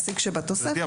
גברתי,